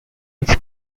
its